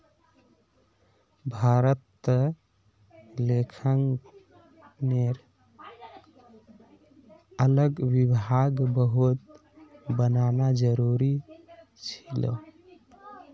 भारतत लेखांकनेर अलग विभाग बहुत बनाना जरूरी छिले